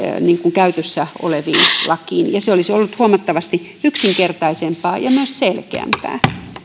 käytössä oleviin lakeihin ja se olisi ollut huomattavasti yksinkertaisempaa ja myös selkeämpää